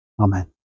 Amen